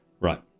right